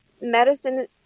medicine